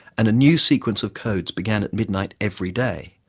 and a new sequence of codes began at midnight every day,